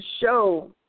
show